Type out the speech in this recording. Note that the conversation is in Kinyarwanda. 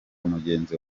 mugenzi